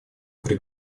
при